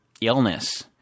illness